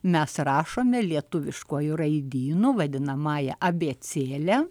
mes rašome lietuviškuoju raidynu vadinamąja abėcėle